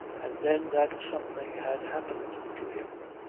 and then, that something had happened to him.